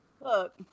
look